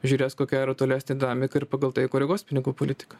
žiūrės kokia rutuliojas dinamika ir pagal tai koreguos pinigų politiką